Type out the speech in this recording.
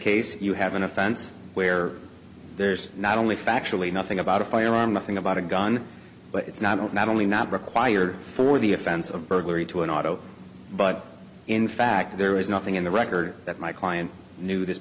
case you have an offense where there's not only factually nothing about a firearm nothing about a gun but it's not only not required for the offense of burglary to an auto but in fact there is nothing in the record that my client knew this